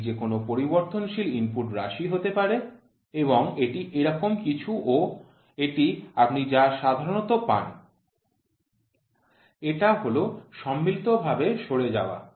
এটি যে কোনও পরিবর্তনশীল ইনপুট রাশি হতে পারে এবং এটি এরকম কিছু এবং এটি আপনি যা সাধারণত পান এটা হল সম্মিলিত ভাবে সরে যাওয়া